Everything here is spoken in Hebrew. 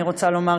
אני רוצה לומר,